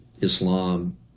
Islam